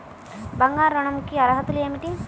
బంగారు ఋణం కి అర్హతలు ఏమిటీ?